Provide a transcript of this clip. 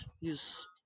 use